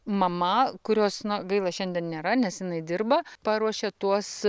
mama kurios gaila šiandien nėra nes jinai dirba paruošė tuos